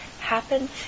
happen